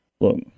look –